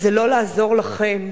שזה לא לעזור לכם,